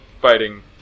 fighting